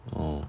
mm